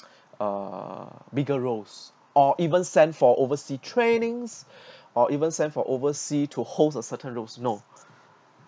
uh bigger roles or even sent for oversea trainings or even sent for oversea to host a certain roles no